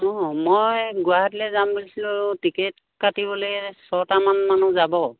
অঁ মই গুৱাহাটীলৈ যাম বুলিছিলোঁ টিকেট কাটিবলৈ ছটামান মানুহ যাব